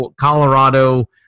Colorado